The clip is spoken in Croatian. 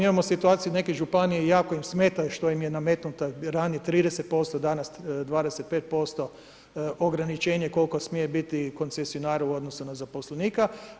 Mi imamo situaciju neke županije jako im smeta što im je nametnuto … 30% danas 25% ograničenje koliko smije biti koncesionaru u odnosu na zaposlenika.